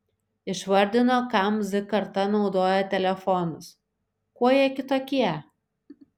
išvardino kam z karta naudoja telefonus kuo jie kitokie